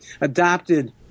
adopted